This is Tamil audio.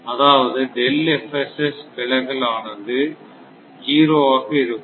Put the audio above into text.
அதாவது விலகல் ஆனது 0 ஆக இருக்கும்